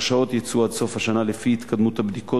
הרשאות יצאו עד סוף השנה לפי התקדמות הבדיקות